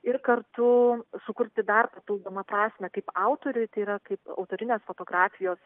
ir kartu sukurti dar papildomą prasmę kaip autoriui tai yra kaip autorinės fotografijos